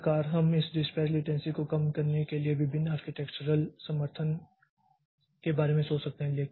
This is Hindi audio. इस प्रकार हम इस डिस्पाच लेटन्सी को कम करने के लिए विभिन्न आर्किटेक्चरल समर्थन के बारे में सोच सकते हैं